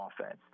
offense